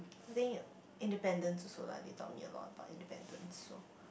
I think independence also lah they taught me a lot about independence so